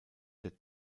der